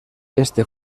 este